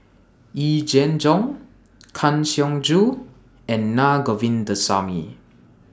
Yee Jenn Jong Kang Siong Joo and Na Govindasamy